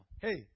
Hey